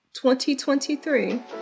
2023